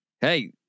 hey